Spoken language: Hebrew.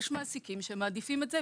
יש מעסיקים שמעדיפים את זה,